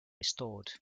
restored